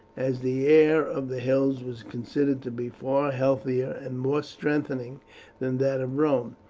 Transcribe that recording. as the air of the hills was considered to be far healthier and more strengthening than that of rome.